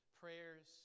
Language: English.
prayers